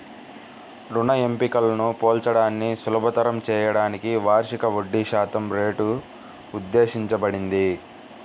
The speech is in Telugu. రుణ ఎంపికలను పోల్చడాన్ని సులభతరం చేయడానికి వార్షిక వడ్డీశాతం రేటు ఉద్దేశించబడింది